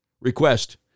request